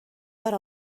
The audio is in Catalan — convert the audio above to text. per